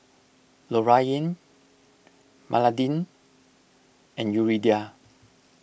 Lorayne Madalyn and Yuridia